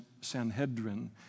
Sanhedrin